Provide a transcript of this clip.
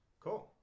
Cool